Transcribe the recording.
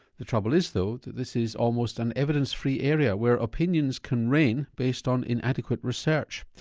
the trouble is though that this is almost an evidence-free area where opinions can reign based on inadequate research.